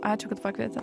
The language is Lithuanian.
ačiū kad pakvietėt